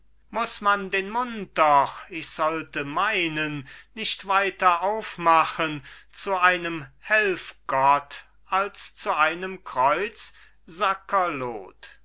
muß man den mund doch ich sollte meinen nicht weiter aufmachen zu einem helf gott als zu einem kreuz